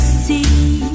see